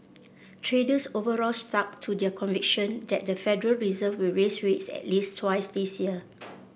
traders overall stuck to their conviction that the Federal Reserve will raise rates at least twice this year